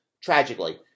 Tragically